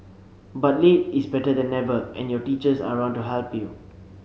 but late is better than never and your teachers are around to help you